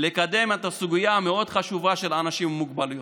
לקדם את הסוגיה המאוד-חשובה של אנשים עם מוגבלות.